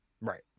Right